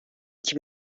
iki